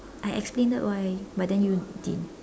I explained why but you didn't